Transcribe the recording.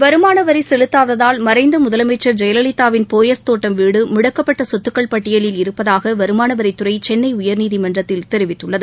வருமான வரி செலுத்தாததால் மறைந்த முதலமைச்ச் ஜெயலலிதாவின் போயஸ் தோட்டம் வீடு ழுடக்கப்பட்ட சொத்துக்கள் பட்டியலில் இருப்பதாக வருமான வரித்துறை சென்னை உயர்நீதிமன்றத்தில் தெரிவித்துள்ளது